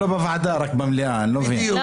תמכו בפיזור,